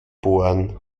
bohren